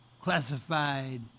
classified